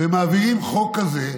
ומעבירים חוק כזה,